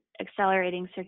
accelerating